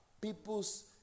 people's